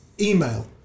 Email